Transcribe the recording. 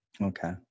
okay